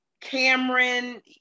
Cameron